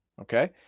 Okay